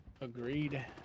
Agreed